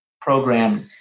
program